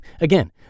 Again